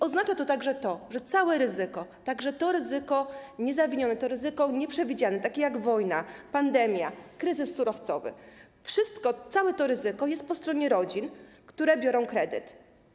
Oznacza to także to, że całe ryzyko, także ryzyko niezawinione, ryzyko nieprzewidziane, takie jak wojna, pandemia czy kryzys surowcowy, całe to ryzyko jest po stronie rodzin, które biorą kredyt.